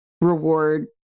reward